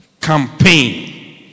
campaign